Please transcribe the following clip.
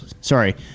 sorry